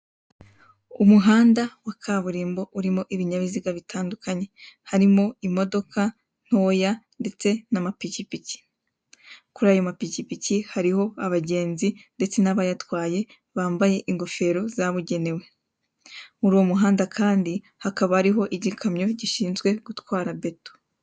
Umuhanda wa kaburimbo urimo ibinyabiziga bitandukanye harimo imodoka ntoya ndetse n'amapikipiki ,kurayo mapikipiki hariho abagenzi ndetse n'abayatwaye bambaye ingofero zabugenewe kuri uwo muhanda kandi hakaba hariho igikamyo gishizwe gutwara mbeto.